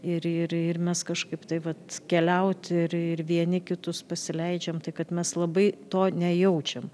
ir ir ir mes kažkaip tai vat keliauti ir ir vieni kitus pasileidžiam tai kad mes labai to nejaučiam